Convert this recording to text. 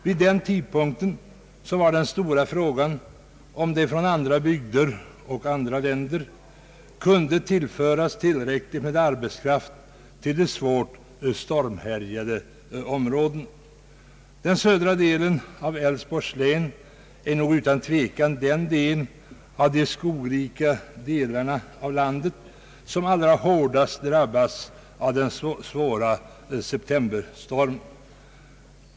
Vid den tidpunkten var den stora frågan, om det från andra bygder och andra länder kunde tillföras tillräckligt med arbetskraft till de svårt stormhärjade områdena. Södra delen av Älvsborgs län är utan tvekan den del av de skogrika områdena i landet som allra hårdast har drabbats av den svåra septemberstormen.